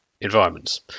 environments